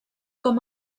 com